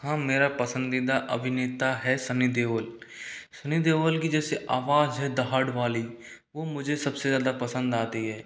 हाँ मेरा पसंदीदा अभिनेता है सनी देओल सनी देओल की जैसे आवाज़ है दहाड़ वाली वो मुझे सबसे ज़्यादा पसंद आती है